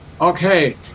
okay